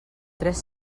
tres